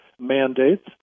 mandates